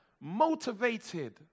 motivated